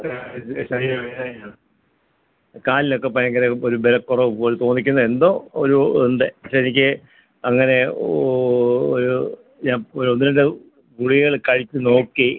നല്ല ശരീരവേദനയും കാലിലൊക്കെ ഭയങ്കര ഒരു ബലക്കുറവുപോലെ തോന്നിക്കുന്ന എന്തോ ഒരു ഇതുണ്ട് പക്ഷെ എനിക്ക് അങ്ങനെ ഒരു ഒന്നു രണ്ട് ഗുളികകൾ കഴിച്ചു നോക്കി